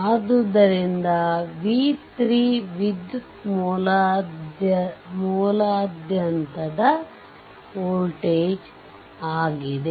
ಆದ್ದರಿಂದ v3 ವಿದ್ಯುತ್ ಮೂಲದಾದ್ಯಂತದ ವೋಲ್ಟೇಜ್ ಆಗಿದೆ